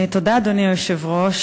תודה, אדוני היושב-ראש.